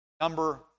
number